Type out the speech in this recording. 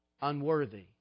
unworthy